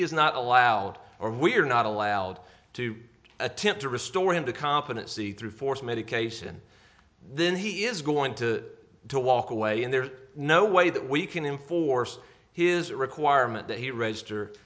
has not allowed or we're not allowed to attempt to restore him to competency through force medication then he is going to to walk away and there's no way that we can enforce his requirement that he register